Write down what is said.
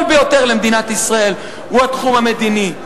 ביותר למדינת ישראל הוא התחום המדיני.